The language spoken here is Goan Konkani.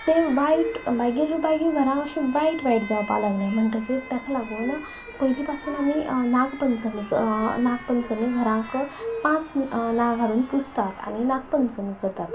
ते वायट बायर बायी घरां अशें वायट वायट जावपाक लागले म्हणटकीर ताका लागून पयलीं पासून आमी नागपमी नागपंचमी घरांक पांच नाग हाडून पुजतात आनी नागपंचमी करतात